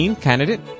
candidate